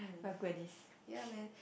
we are good at this